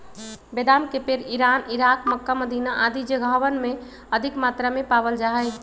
बेदाम के पेड़ इरान, इराक, मक्का, मदीना आदि जगहवन में अधिक मात्रा में पावल जा हई